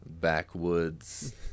backwoods